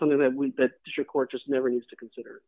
something that we should court just never has to consider